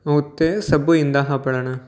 ऐं हुते सभु ईंदा हुआ पढ़णु